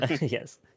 Yes